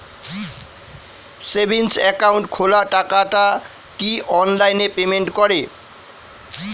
Savings account খোলা টাকাটা কি অনলাইনে পেমেন্ট করে?